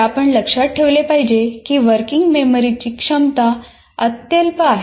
तर आपण लक्षात ठेवले पाहिजे की वर्किंग मेमरीची क्षमता अत्यल्प आहे